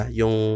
yung